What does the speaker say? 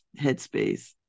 headspace